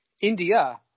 India